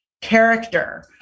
character